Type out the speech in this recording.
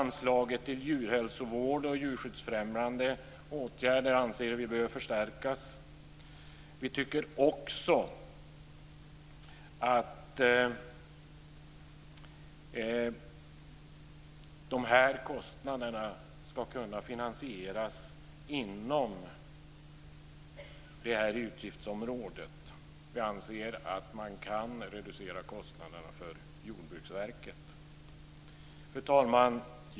Anslaget till djurhälsovård och djurskyddsfrämjande åtgärder anser vi behöver förstärkas. Vi tycker också att kostnaderna ska kunna finansieras inom detta utgiftsområde. Vi anser att man kan reducera kostnaderna för Jordbruksverket. Fru talman!